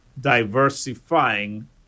diversifying